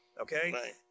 okay